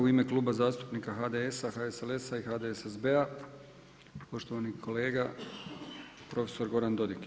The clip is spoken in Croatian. U ime Kluba zastupnika HDS-a, HSLS-a i HDSSB-a poštovani kolega prof. Goran Dodig.